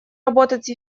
работать